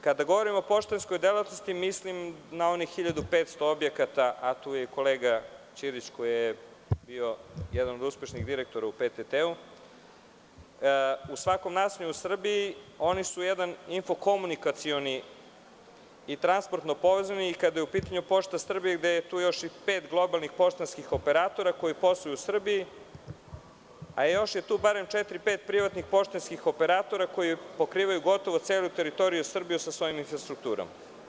Kada govorim o poštanskoj delatnosti, mislim na onih 1.500 objekata, a tu je i kolega Ćirić koji je bio jedan od uspešnih direktora u PTT-u, u svakom naselju u Srbiji oni su jedan info-komunikacioni i transportno povezani i kada je u pitanju Pošta Srbije, gde je tu još pet globalnih poštanskih operatora koji posluju u Srbiji, a još je tu barem četiri-pet privatnih poštanskih operatora koji pokrivaju gotovo celu teritoriju Srbije sa svojom infrastrukturom.